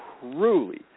Truly